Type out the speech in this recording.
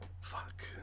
Fuck